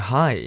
Hi